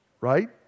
right